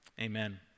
amen